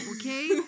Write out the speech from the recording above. okay